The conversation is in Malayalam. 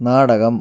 നാടകം